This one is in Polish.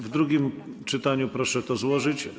W drugim czytaniu proszę to złożyć.